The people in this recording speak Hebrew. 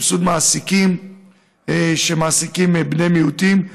סבסוד מעסיקים שמעסיקים בני מיעוטים,